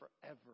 forever